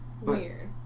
Weird